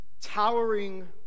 towering